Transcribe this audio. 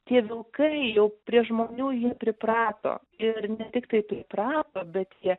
tie vilkai jau prie žmonių jie priprato ir ne tiktai priprato bet jie